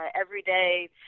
everyday